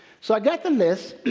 so i got the list,